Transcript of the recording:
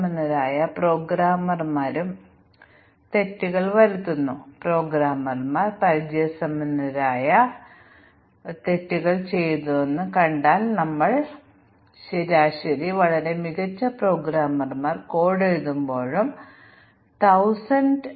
competent programmer hypothesis പ്രോഗ്രാമുകൾ ശരിയാക്കാൻ അടച്ചിട്ടുണ്ടെന്നും ചില ലളിതമായ പിശകുകളാൽ അവ ശരിയായ പ്രോഗ്രാമിൽ നിന്ന് വ്യത്യസ്തമാണെന്നും ഞങ്ങൾ പറഞ്ഞു